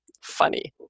funny